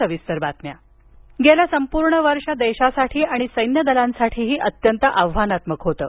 नरवणे गेलं संपूर्ण वर्ष देशासाठी आणि सैन्यदलांसाठीही अत्यंत आव्हानात्मक होतं